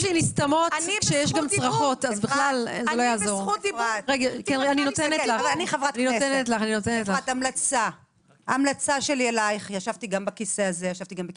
אליך, ישבתי גם בכיסא הזה וגם באחרים.